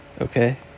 okay